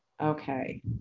Okay